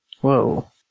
Whoa